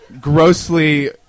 grossly